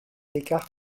écart